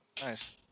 Nice